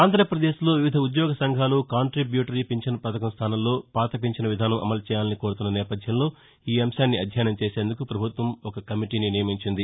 ఆంధ్రాపదేశ్లో వివిధ ఉద్యోగ సంఘాలు కాంటిబ్యూటరీ పింఛను పథకం స్థానంలో పాత పింఛను విధానం అమలు చేయాలని కోరుతున్న నేపథ్యంలో ఈ అంశాన్ని అధ్యయనం చేసేందుకు పభుత్వం ఒక కమిటీని నియమించింది